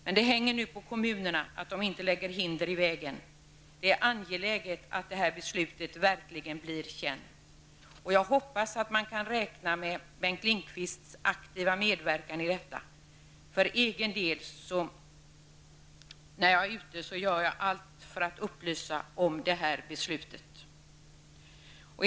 Det hela hänger nu på att kommunerna inte lägger hinder i vägen. Det är angeläget att det här beslutet verkligen blir känt. Jag hoppas att vi kan räkna med Bengt Lindqvists aktiva medverkan i detta. När jag är ute och talar med folk gör jag allt för att upplysa om beslutet.